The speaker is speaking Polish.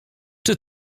czy